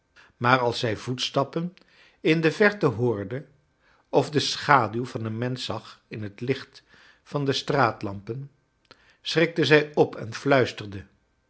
maar als zij voetstappen in de verte hoorde of de schaduw van een mensch zag in het licht van de straatlampen schrikte zij op en fluisterde